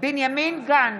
בנימין גנץ,